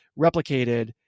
replicated